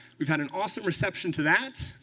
we've had an awesome reception to that.